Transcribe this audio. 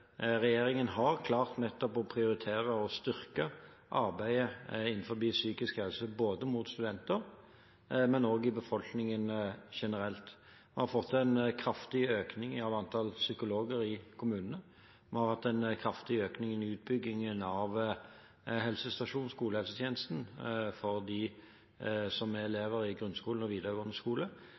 regjeringen har klart nettopp å prioritere og styrke arbeidet innen psykisk helse, både mot studenter og i befolkningen generelt. Vi har fått en kraftig økning i antall psykologer i kommunene, vi har hatt en kraftig økning i utbyggingen av helsestasjons- og skolehelsetjenesten for elever i grunnskolen og videregående skole,